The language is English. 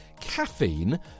Caffeine